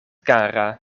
kara